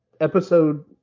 episode